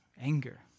anger